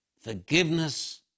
forgiveness